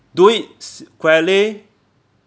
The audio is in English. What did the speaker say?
do it s~ quietly